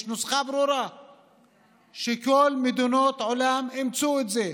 יש נוסחה ברורה שכל מדינות העולם אימצו אותה,